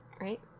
right